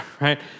right